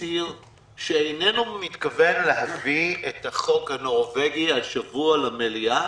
הצהיר שאיננו מתכוון להביא את החוק הנורווגי השבוע למליאה